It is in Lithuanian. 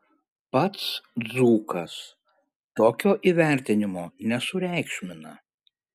pats dzūkas tokio įvertinimo nesureikšmina